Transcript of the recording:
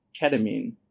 ketamine